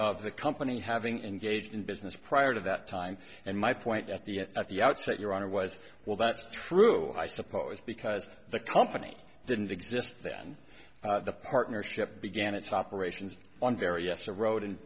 of the company having engaged in business prior to that time and my point at the at the outset your honor was well that's true i suppose because the company didn't exist then the partnership began its operations on very us a road and